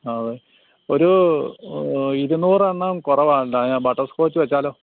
നാളെ ഒരു ഇരുനൂറെണ്ണം കുറവാണ് കേട്ടോ ഞാൻ ബട്ടർസ്കോച്ച് വെച്ചാലോ